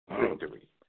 victory